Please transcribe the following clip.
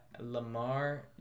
Lamar